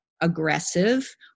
aggressive